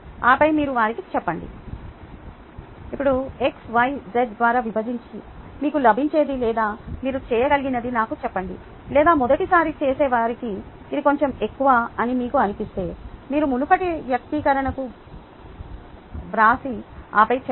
ఆపై మీరు వారికి చెప్పండి ఇప్పుడు ∆x∆y byz ద్వారా విభజించి మీకు లభించేది లేదా మీరు చేయగలిగినది నాకు చెప్పండి లేదా మొదటి సారి చేసేవారికి ఇది కొంచెం ఎక్కువ అని మీకు అనిపిస్తే మీరు మునుపటి వ్యక్తీకరణను వ్రాసి ఆపై చెప్పండి ఇప్పుడు ∆x∆y byz ద్వారా విభజించి మీకు ఏమి లభిస్తుందో చెప్పండి